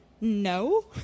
no